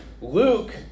Luke